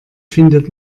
findet